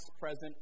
present